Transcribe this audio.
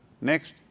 Next